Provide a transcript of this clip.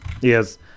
Yes